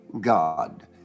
God